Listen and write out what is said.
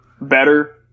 better